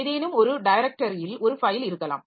ஏதேனும் ஒரு டைரக்டரியில் ஒரு ஃபைல் இருக்கலாம்